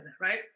right